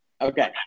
okay